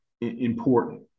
important